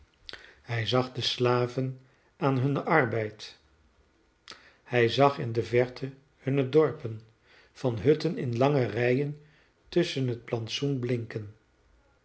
hij zag de slaven aan hunnen arbeid hij zag in de verte hunne dorpen van hutten in lange rijen tusschen het plantsoen blinken